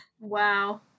Wow